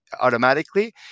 automatically